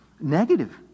negative